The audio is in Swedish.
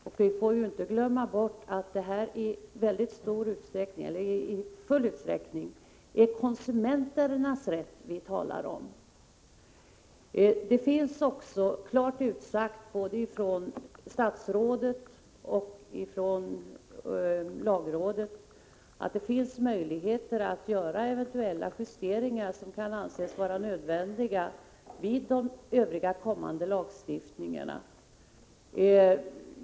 Och vi får ju inte glömma bort att det i full utsträckning är konsumenternas rätt vi talar om. Det finns också klart utsagt, både av statsrådet och av lagrådet, att det föreligger möjligheter att göra eventuella justeringar som anses nödvändiga vid kommande lagstiftningar.